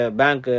bank